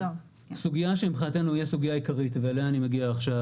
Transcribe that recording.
הסוגיה שמבחינתנו היא הסוגיה העיקרית ואליה אני מגיע עכשיו,